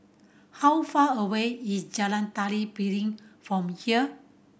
how far away is Jalan Tari Piring from here